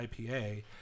IPA